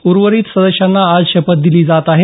उर्वरित सदस्यांना आज शपथ दिली जात आहे